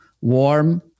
warm